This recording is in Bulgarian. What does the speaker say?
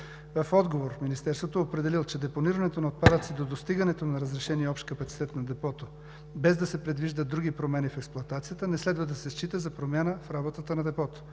В отговор Министерството е определило, че депонирането на отпадъци до достигането на разрешения общ капацитет на Депото, без да се предвиждат други промени в експлоатацията, не следва да се счита за промяна в работата на Депото,